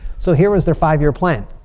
so here is their five-year plan.